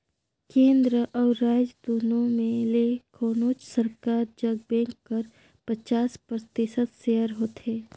केन्द्र अउ राएज दुनो में ले कोनोच सरकार जग बेंक कर पचास परतिसत सेयर होथे